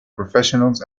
professionals